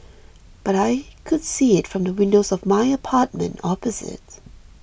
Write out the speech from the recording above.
but I could see it from the windows of my apartment opposite